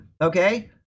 Okay